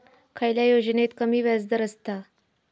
खयल्या योजनेत कमी व्याजदर असता?